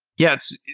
yes,